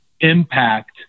impact